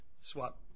swap